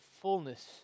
fullness